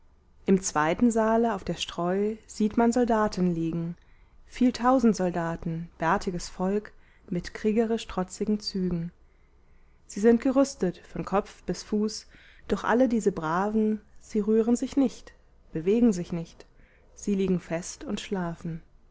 im zweiten saale auf der streu sieht man soldaten liegen viel tausend soldaten bärtiges volk mit kriegerisch trotzigen zügen sie sind gerüstet von kopf bis fuß doch alle diese braven sie rühren sich nicht bewegen sich nicht sie liegen fest und schlafen